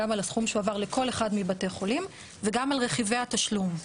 גם על הסכום שהועבר לכל אחד מבתי החולים וגם על רכיבי התשלום.